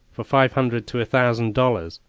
for five hundred to a thousand dollars,